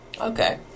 Okay